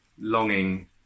longing